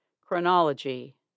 Chronology